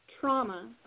trauma